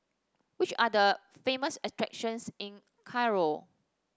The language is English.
which are the famous attractions in Cairo